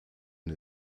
and